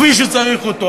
כפי שצריך אותו.